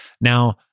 Now